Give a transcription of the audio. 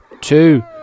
Two